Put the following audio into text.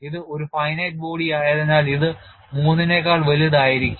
ഇത് ഒരു finite body ആയതിനാൽ ഇത് 3 നേക്കാൾ വലുതായിരിക്കും